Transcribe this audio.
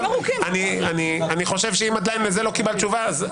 אני חושב שאם עדיין לא קיבלת תשובה על זה,